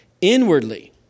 Inwardly